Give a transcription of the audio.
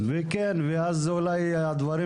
וכן מידע על כלי ההסעה,